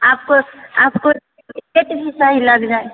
आपको आपको भी सही लग जाए